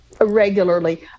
regularly